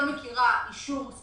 הדבר האקטיבי הזה?